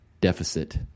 deficit